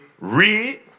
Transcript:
read